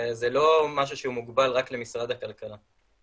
זה לא משהו שהוא מוגבל רק למשרד הכלכלה.